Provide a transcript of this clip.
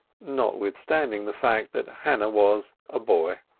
notwithstanding the fact that hannah was a boy.